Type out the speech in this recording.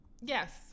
Yes